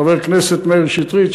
חבר הכנסת מאיר שטרית,